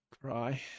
Cry